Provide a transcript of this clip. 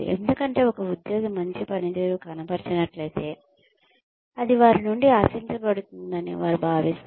ఎందుకంటే ఒక ఉద్యోగి మంచి పనితీరు కనబరిచినట్లయితే అది వారి నుండి ఆశించబడుతుందని వారు భావిస్తారు